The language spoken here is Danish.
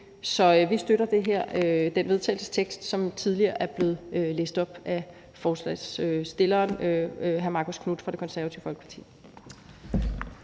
Så vi støtter det forslag til vedtagelse, som tidligere er blevet læst op af forslagsstilleren, hr. Marcus Knuth fra Det Konservative Folkeparti.